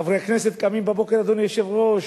חברי כנסת קמים בבוקר, אדוני היושב-ראש,